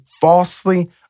falsely